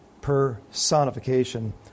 personification